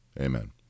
Amen